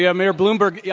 yeah mayor bloomberg, yeah